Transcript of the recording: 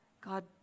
God